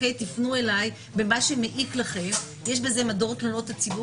תפנו אליי במה שמעיק לכם יש בזה מדור תלונות הציבור